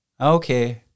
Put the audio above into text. Okay